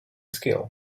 skills